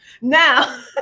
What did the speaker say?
now